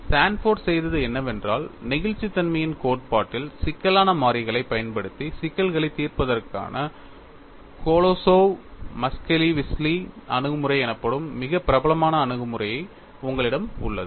Sanford செய்தது என்னவென்றால் நெகிழ்ச்சித்தன்மையின் கோட்பாட்டில் சிக்கலான மாறிகளைப் பயன்படுத்தி சிக்கல்களைத் தீர்ப்பதற்கான கொலோசோவ் மஸ்கெலிஷ்விலி அணுகுமுறை எனப்படும் மிகவும் பிரபலமான அணுகுமுறை உங்களிடம் உள்ளது